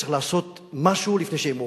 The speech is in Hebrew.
שצריך לעשות משהו לפני שיהיה מאוחר.